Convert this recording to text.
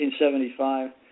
1975